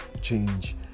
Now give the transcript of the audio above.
change